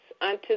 unto